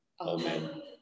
Amen